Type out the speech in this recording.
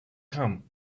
come